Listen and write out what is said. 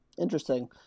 interesting